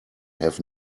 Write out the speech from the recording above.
have